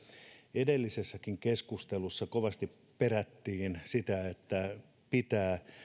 edellisessäkin keskustelussa kovasti perättiin sitä että pitää